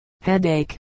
headache